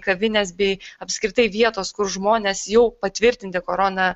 kavinės bei apskritai vietos kur žmonės jau patvirtinti koroną